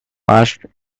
passed